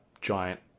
giant